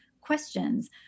questions